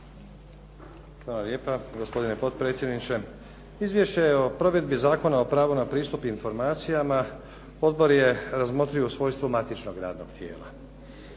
Hvala lijepa. Gospodine potpredsjedniče. Izvješće o provedbi Zakona o pravu na pristup informacijama odbor je razmotrio u svojstvu matičnog radnog tijela.